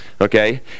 okay